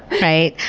right?